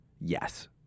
Yes